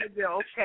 Okay